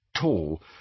tall